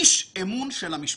אסף